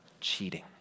cheating